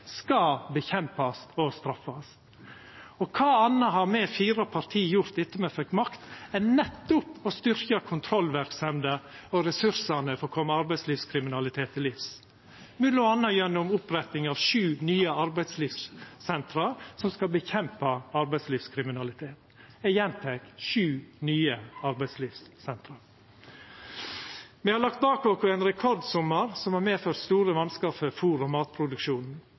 skal nedkjempast og straffast. Og kva anna har me i dei fire partia gjort etter at me fekk makt enn nettopp å styrkja kontrollverksemda og ressursane for å koma arbeidslivskriminaliteten til livs, m.a. gjennom oppretting av sju nye arbeidslivssenter som skal nedkjempa arbeidslivskriminalitet? Eg gjentek: sju nye arbeidslivssenter. Me har lagt bak oss ein rekordsommar som har medført store vanskar for fôr- og